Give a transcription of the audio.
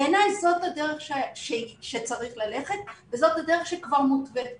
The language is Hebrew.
בעיניי זו הדרך שצריך ללכת וזו הדרך שכבר מותווית בחוק.